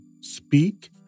speak